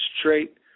Straight